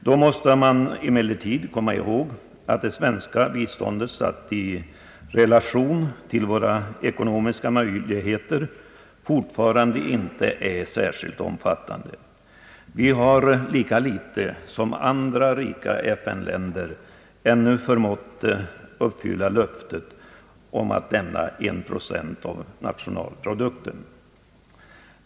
Man måste emellertid komma ihåg att det svenska biståndet, satt i relation till våra ekonomiska möjligheter, fortfarande inte är särskilt omfattande. Vi har lika litet som andra rika FN-länder ännu förmått uppfylla löftet om att lämna 1 procent av nationalprodukten.